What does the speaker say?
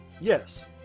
Yes